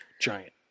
Giant